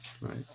right